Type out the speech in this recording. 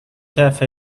cafe